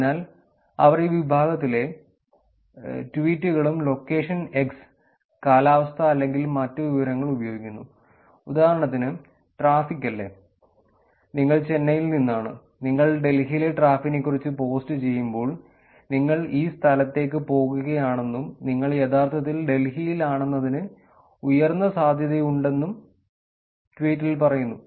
അതിനാൽ അവർ ഈ വിഭാഗത്തിലെ ട്വീറ്റുകളും ലൊക്കേഷൻ x കാലാവസ്ഥ അല്ലെങ്കിൽ മറ്റ് വിവരങ്ങൾ ഉപയോഗിക്കുന്നു ഉദാഹരണത്തിന് ട്രാഫിക് അല്ലെ നിങ്ങൾ ചെന്നൈയിൽ നിന്നാണ് നിങ്ങൾ ഡൽഹിയിലെ ട്രാഫിക്കിനെ കുറിച് പോസ്റ്റുചെയ്യുമ്പോൾ നിങ്ങൾ ഈ സ്ഥലത്തേക്ക് പോവുകയാണെന്നും നിങ്ങൾ യഥാർത്ഥത്തിൽ ഡൽഹിയിലാണെന്നതിന് ഉയർന്ന സാധ്യതയുണ്ടെന്നും ട്വീറ്റിൽ പറയുന്നു